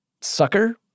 Sucker